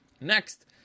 Next